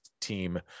team